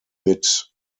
mit